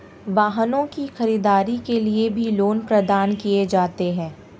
वाहनों की खरीददारी के लिये भी लोन प्रदान किये जाते हैं